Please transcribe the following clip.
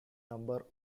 number